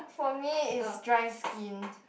for me is dry skin